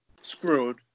screwed